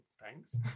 thanks